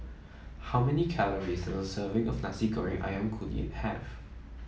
how many calories does a serving of Nasi Goreng ayam Kunyit have